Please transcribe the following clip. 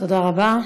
תודה רבה.